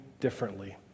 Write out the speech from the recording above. differently